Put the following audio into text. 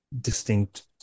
distinct